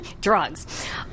drugs